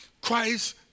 Christ